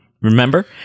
Remember